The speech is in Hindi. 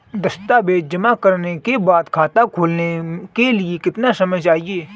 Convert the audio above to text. दस्तावेज़ जमा करने के बाद खाता खोलने के लिए कितना समय चाहिए?